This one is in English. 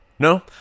No